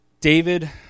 David